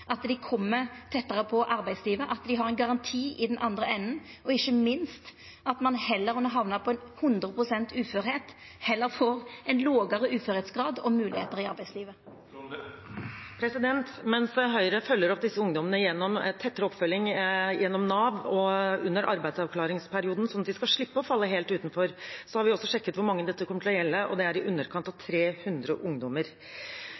at dei kjem tettare på arbeidslivet, at dei har ein garanti i den andre enden, og ikkje minst at ein heller enn å hamna på 100 pst. uførheit, får ein lågare grad av uførheit og moglegheiter i arbeidslivet. Mens Høyre følger opp disse ungdommene med tettere oppfølging gjennom Nav og under arbeidsavklaringsperioden, slik at de skal slippe å falle helt utenfor, har vi også sjekket hvor mange dette kommer til å gjelde. Det er i underkant av 300 ungdommer.